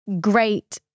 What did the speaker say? great